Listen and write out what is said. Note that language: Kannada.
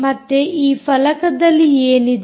ಮತ್ತೆ ಈ ಫಲಕದಲ್ಲಿ ಏನಿದೆ